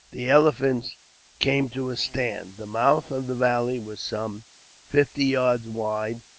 the elephants came to a stand. the mouth of the valley was some fifty yards wide,